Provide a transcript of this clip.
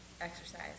exercise